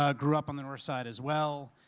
ah grew up on the north side as well,